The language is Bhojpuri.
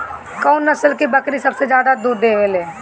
कौन नस्ल की बकरी सबसे ज्यादा दूध देवेले?